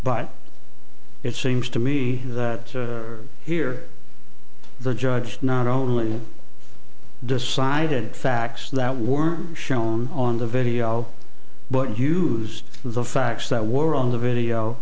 but it seems to me that here the judge not only decided facts that were shown on the video but you as the facts that were on the video